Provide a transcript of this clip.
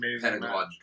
Pentagon